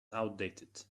outdated